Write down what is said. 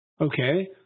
Okay